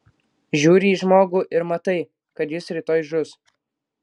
žiūri į žmogų ir matai kad jis rytoj žus